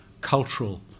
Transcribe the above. cultural